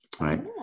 right